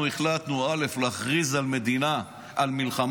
אנחנו החלטנו להכריז על מלחמה,